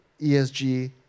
ESG